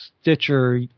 Stitcher